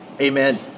Amen